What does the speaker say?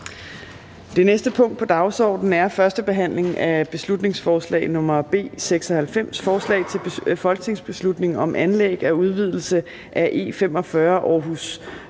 Det næste punkt på dagsordenen er: 25) 1. behandling af beslutningsforslag nr. B 96: Forslag til folketingsbeslutning om anlæg af udvidelse af E45, Aarhus